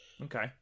Okay